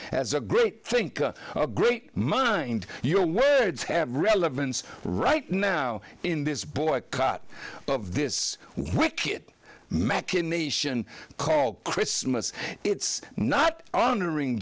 place as a great thinker a great mind your words have relevance right now in this boycott of this wicked machination called christmas it's not honoring